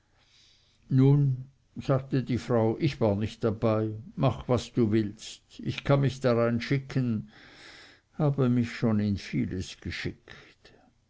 nun sagte die frau ich war nicht dabei mach was du willst ich kann mich darein schicken habe mich schon in vieles geschickt